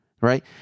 right